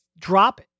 drop